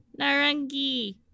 Narangi